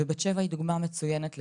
ובת שבע היא דוגמא מצוינת לזה.